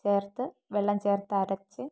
ചേർത്ത് വെള്ളം ചേർത്തരച്ച്